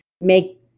Make